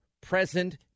present